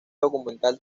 documental